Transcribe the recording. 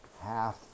half